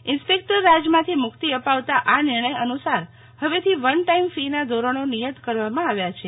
inspector રાજમાંથી મુકિત અપાવતા આ નિર્ણય અનુસાર હવેથી જે વન ટાઇમ ફી ના ધોરણો નિયત કરવામાં આવ્યા છે